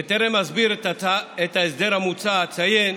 בטרם אסביר את ההסדר המוצע אציין